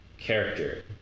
character